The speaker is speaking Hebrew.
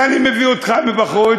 איך אני מביא אותך מבחוץ?